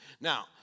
Now